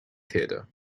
theater